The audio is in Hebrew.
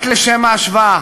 רק לשם ההשוואה,